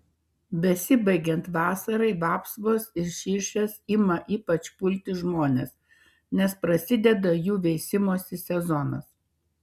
besibaigiant vasarai vapsvos ir širšės ima ypač pulti žmones nes prasideda jų veisimosi sezonas